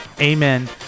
Amen